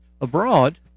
abroad